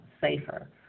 safer